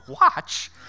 watch